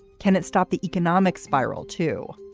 can it stop the economic spiral, too?